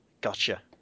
Gotcha